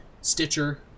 Stitcher